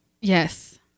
Yes